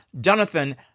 Jonathan